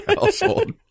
household